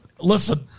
Listen